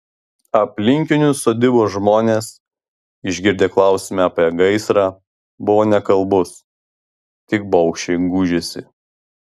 aplinkinių sodybų žmonės išgirdę klausimą apie gaisrą buvo nekalbūs tik baugščiai gūžėsi